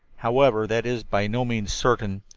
however, that is by no means certain.